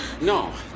No